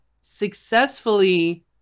successfully